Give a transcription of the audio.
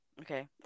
Okay